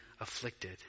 Afflicted